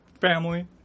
family